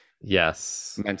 yes